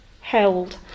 held